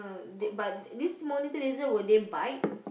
d~ but this monitor lizard will they bite